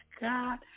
God